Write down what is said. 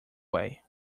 way